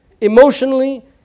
emotionally